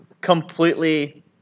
completely